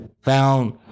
found